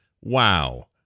wow